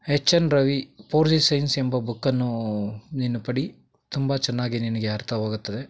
ಹೆಚ್ N Ravi four G science ಎಂಬ ಬುಕ್ಕನ್ನು ನೀನು ಪಡಿ ತುಂಬ ಚೆನ್ನಾಗಿ ನಿನಗೆ ಅರ್ಥವಾಗುತ್ತದೆ